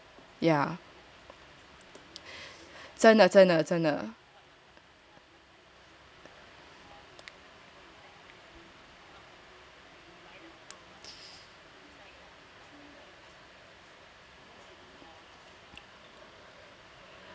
真的真的真的